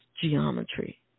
geometry